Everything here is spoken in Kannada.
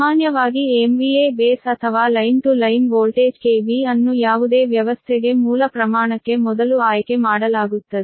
ಸಾಮಾನ್ಯವಾಗಿ MVA ಬೇಸ್ ಅಥವಾ line to line voltage KV ಅನ್ನು ಯಾವುದೇ ವ್ಯವಸ್ಥೆಗೆ ಮೂಲ ಪ್ರಮಾಣಕ್ಕೆ ಮೊದಲು ಆಯ್ಕೆ ಮಾಡಲಾಗುತ್ತದೆ